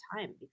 time